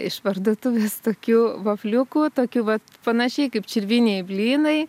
iš parduotuvės tokių vafliukų tokių va panašiai kaip čirviniai blynai